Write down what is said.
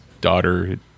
daughter